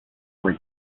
were